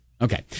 okay